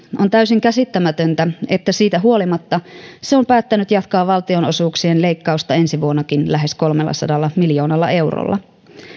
on täysin käsittämätöntä että siitä huolimatta se on päättänyt jatkaa valtionosuuksien leikkausta ensi vuonnakin lähes kolmellasadalla miljoonalla eurolla